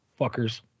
fuckers